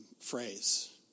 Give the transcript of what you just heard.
phrase